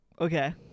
Okay